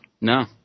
No